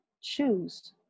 choose